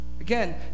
Again